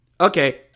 okay